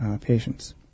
patients